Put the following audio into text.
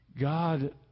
God